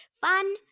Fun